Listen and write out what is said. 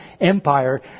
Empire